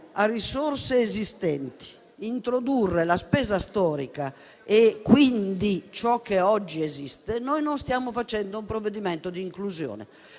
a risorse esistenti, introdurre la spesa storica, e quindi ciò che oggi esiste, non stiamo facendo un provvedimento di inclusione;